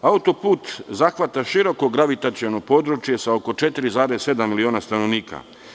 Autoput zahvata široko gravitaciono područje sa oko 4,7 miliona stanovnika.